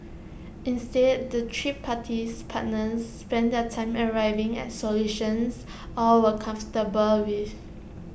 instead the three parties partners spent their time arriving at solutions all were comfortable with